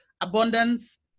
Abundance